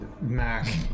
Mac